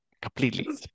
completely